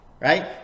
right